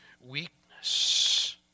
weakness